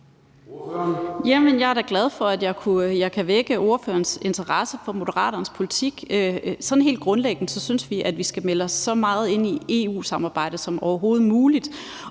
Jeg er da glad for, at jeg kan vække ordførerens interesse for Moderaterne politik. Sådan helt grundlæggende synes vi, at vi skal melde os så meget ind i EU-samarbejdet som overhovedet muligt,